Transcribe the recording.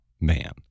man